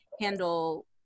handle